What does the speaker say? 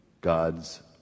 God's